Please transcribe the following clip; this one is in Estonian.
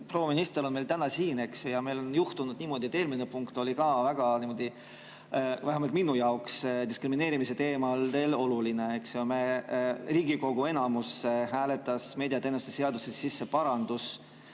proua minister on meil täna siin. Meil on juhtunud niimoodi, et eelmine punkt oli ka vähemalt minu jaoks diskrimineerimise teemal oluline. Riigikogu enamus hääletas meediateenuste seadusesse sisse paranduse,